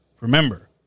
Remember